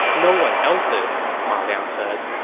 no one else's, ma liang said